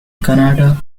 canada